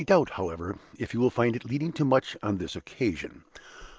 i doubt, however, if you will find it leading to much on this occasion.